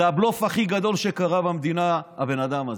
זה הבלוף הכי גדול שקרה במדינה, הבן אדם הזה.